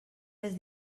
les